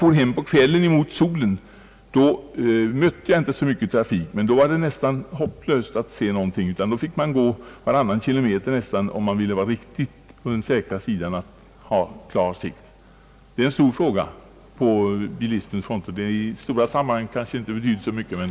Då jag på kvällen for hem, körde jag mot solen. Jag mötte inte någon tät trafik, annars skulle jag ha fått gå av varannan kilometer för att känna mig säker. Detta är en stor fråga för bilismen även om den i de stora sammanhangen kanske inte har så stor betydelse.